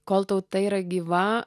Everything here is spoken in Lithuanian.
kol tauta yra gyva